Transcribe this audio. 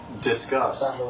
discuss